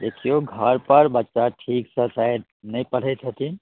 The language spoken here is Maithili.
देखिऔ घरपर बच्चा ठीकसँ शायद नहि पढ़ै छथिन